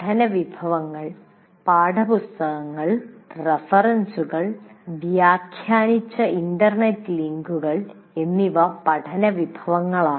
പഠന വിഭവങ്ങൾ പാഠപുസ്തകങ്ങൾ റഫറൻസുകൾ വ്യാഖ്യാനിച്ച ഇന്റർനെറ്റ് ലിങ്കുകൾ എന്നിവ പഠന വിഭവങ്ങളാണ്